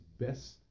best